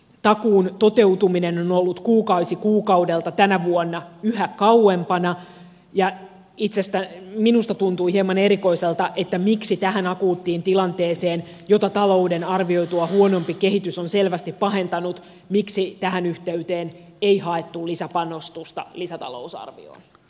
takuun toteutuminen on ollut kuukausi kuukaudelta tänä vuonna yhä kauempana ja minusta tuntuu hieman erikoiselta tässä akuutissa tilanteessa jota talouden arvioitua huonompi kehitys on selvästi pahentanut miksi tässä yhteydessä ei haettu lisäpanostusta lisätalousarvioon